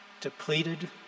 depleted